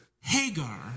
Hagar